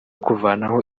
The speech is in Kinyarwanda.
kuvanaho